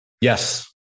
Yes